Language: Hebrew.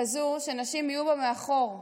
כזאת שנשים יהיו בה מאחור בתור,